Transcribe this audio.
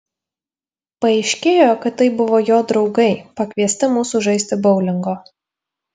paaiškėjo kad tai buvo jo draugai pakviesti mūsų žaisti boulingo